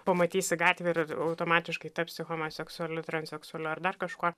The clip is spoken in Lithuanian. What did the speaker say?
pamatysi gatvėj ir automatiškai tapsiu homoseksualiu transseksualiu ar dar kažkuo